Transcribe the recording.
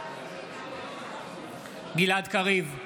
גלעד קריב,